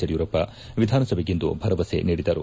ಯಡಿಯೂರಪ್ಪ ವಿಧಾನಸಭೆಗಿಂದು ಭರವಸೆ ನೀಡಿದರು